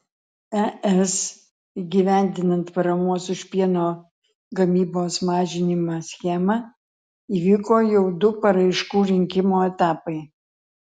es įgyvendinant paramos už pieno gamybos mažinimą schemą įvyko jau du paraiškų rinkimo etapai